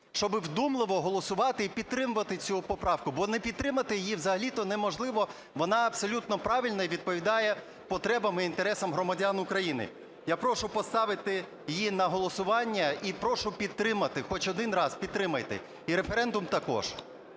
щоб вдумливо голосувати і підтримувати цю поправку, бо не підтримати її взагалі-то неможливо, вона абсолютно правильна і відповідає потребам і інтересам громадян України. Я прошу поставити її на голосування і прошу підтримати, хоч один раз підтримайте, і референдум також.